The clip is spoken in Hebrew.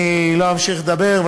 אני לא אמשיך לדבר,